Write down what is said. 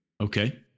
Okay